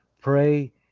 pray